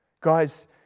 Guys